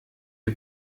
die